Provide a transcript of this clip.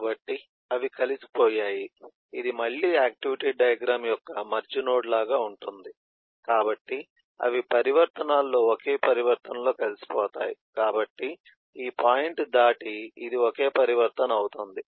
కాబట్టి అవి పరివర్తనాల్లో ఒకే పరివర్తనలో కలిసిపోతాయి కాబట్టి ఈ పాయింట్ దాటి ఇది ఒకే పరివర్తన అవుతుంది